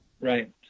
right